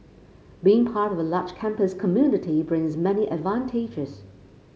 being part of a large campus community brings many advantages